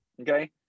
Okay